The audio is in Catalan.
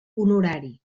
honorari